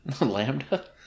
Lambda